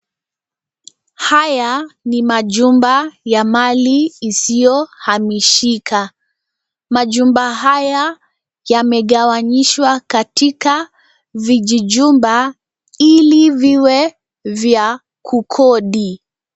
Haya ni majumba ya mali isiyohamishika. Majumba haya yamegawanishwa katika vijijumba ,ili viwe vya kukodi.